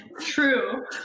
True